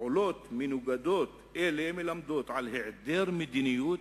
פעולות מנוגדות אלה מלמדות על העדר מדיניות